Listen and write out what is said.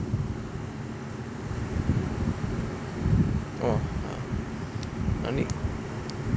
orh ah I mean